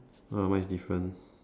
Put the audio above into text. oh mine is different